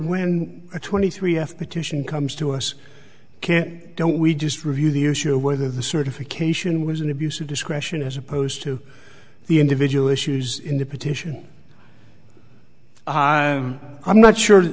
when a twenty three f petition comes to us can don't we just review the issue of whether the certification was an abuse of discretion as opposed to the individual issues in the petition i'm not sure